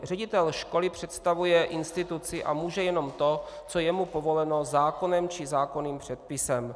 Ředitel školy představuje instituci a může jenom to, co je mu povoleno zákonem či zákonným předpisem.